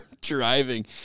driving